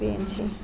बेनोसै